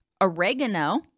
oregano